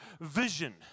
vision